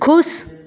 खुश